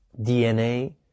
dna